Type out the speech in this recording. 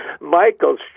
Michael's